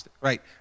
right